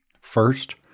First